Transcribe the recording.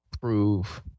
prove